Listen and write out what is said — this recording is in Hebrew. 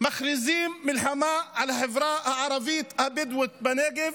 מכריזות מלחמה על החברה הערבית-בדואית בנגב.